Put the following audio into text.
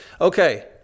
Okay